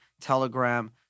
Telegram